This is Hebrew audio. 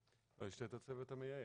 את הצוות המייעץ.